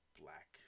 black